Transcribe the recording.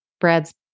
Brad's